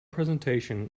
presentation